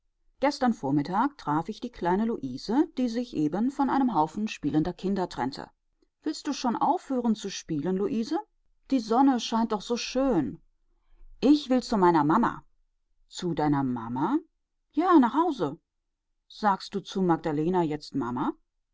gestern vormittag traf ich die kleine luise die sich eben von einem haufen spielender kinder trennte willst du schon aufhören zu spielen luise die sonne scheint doch so schön ich will zu meiner mamma zu deiner mamma ja nach hause sagst du zu magdalena jetzt mamma